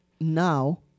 now